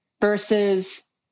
Versus